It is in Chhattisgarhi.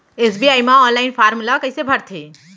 एस.बी.आई म ऑनलाइन फॉर्म ल कइसे भरथे?